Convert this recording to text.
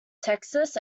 texas